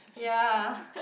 ya